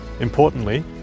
Importantly